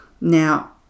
Now